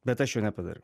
bet aš jo nepadariau